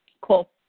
cool